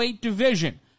division